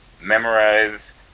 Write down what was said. memorize